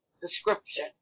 description